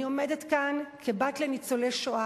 אני עומדת כאן כבת לניצולי שואה,